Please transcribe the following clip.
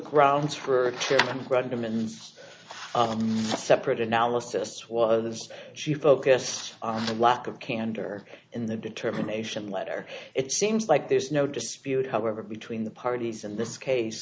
grounds for random ins separate analysis was she focused on the lack of candor in the determination letter it seems like there's no dispute however between the parties in this case